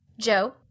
Joe